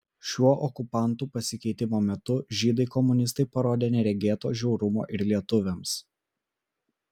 šiuo okupantų pasikeitimo metu žydai komunistai parodė neregėto žiaurumo ir lietuviams